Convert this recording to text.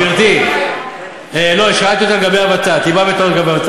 אנחנו נמצאים יום אחרי תשעה באב.